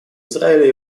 израиля